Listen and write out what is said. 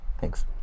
thanks